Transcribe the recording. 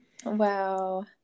Wow